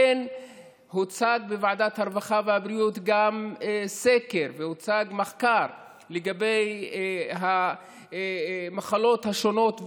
הוצג בוועדת הרווחה והבריאות גם סקר והוצג מחקר על המחלות השונות,